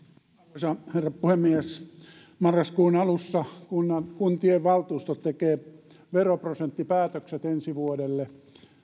arvoisa herra puhemies marraskuun alussa kuntien valtuustot tekevät veroprosenttipäätökset ensi vuodelle